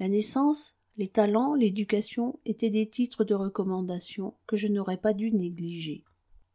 la naissance les talents l'éducation étaient des titres de recommandation que je n'aurais pas dû négliger